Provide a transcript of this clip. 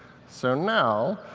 so now